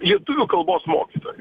lietuvių kalbos mokytoju